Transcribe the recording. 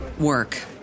work